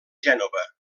gènova